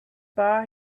bar